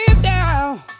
down